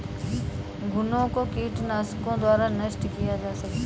घुनो को कीटनाशकों द्वारा नष्ट किया जा सकता है